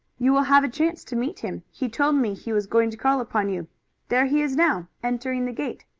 you will have a chance to meet him. he told me he was going to call upon you there he is now, entering the gate.